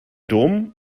dom